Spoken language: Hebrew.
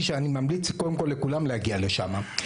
אני ממליץ קודם כל לכולם להגיע לשם.